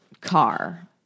car